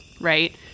right